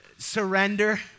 surrender